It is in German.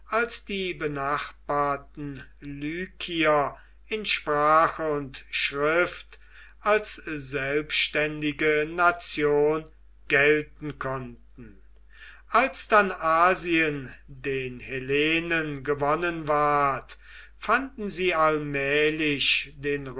als die benachbarten lykier in sprache und schrift als selbständige nation gelten konnten als dann asien den hellenen gewonnen ward fanden sie allmählich den